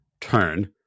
turn